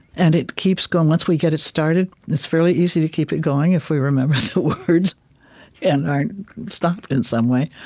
and it keeps going. once we get it started, it's fairly easy to keep it going if we remember the words and aren't stopped in some way.